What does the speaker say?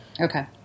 Okay